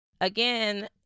Again